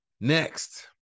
next